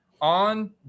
on